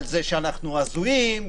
על זה שאנחנו הזויים,